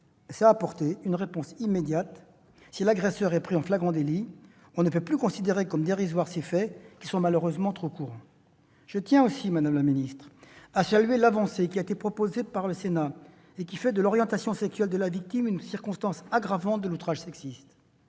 ? À apporter une réponse immédiate si l'agresseur est pris en flagrant délit. On ne peut plus considérer comme dérisoires ces faits, qui sont malheureusement trop courants. Je tiens aussi, madame la secrétaire d'État, à saluer l'avancée proposée par le Sénat qui fait de l'orientation sexuelle de la victime une circonstance aggravante de l'outrage sexiste.